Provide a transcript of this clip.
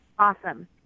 Awesome